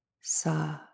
sa